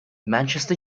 manchester